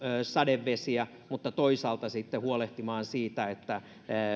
sadevesiä mutta toisaalta sitten huolehtien siitä että